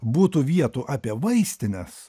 būtų vietų apie vaistines